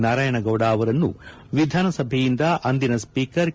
ನಾರಾಯಣಗೌಡ ಅವರನ್ನು ವಿಧಾನಸಭೆಯಿಂದ ಅಂದಿನ ಸ್ಪೀಕರ್ ಕೆ